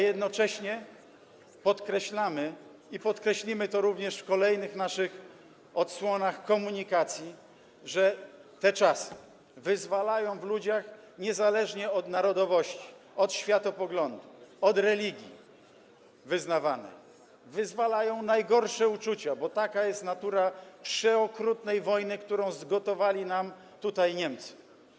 Jednocześnie podkreślamy, i podkreślimy to również w kolejnych odsłonach naszej komunikacji, że te czasy wyzwalają w ludziach, niezależnie od narodowości, od światopoglądu, od wyznawanej religii, najgorsze uczucia, bo taka jest natura przeokrutnej wojny, którą zgotowali nam tutaj Niemcy.